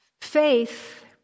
Faith